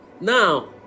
Now